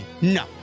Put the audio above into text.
No